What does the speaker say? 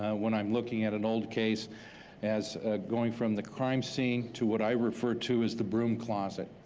when i'm looking at an old case as going from the crime scene to what i refer to as the broom closet.